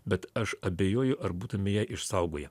bet aš abejoju ar būtume ją išsaugoję